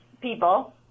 people